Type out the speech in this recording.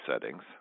settings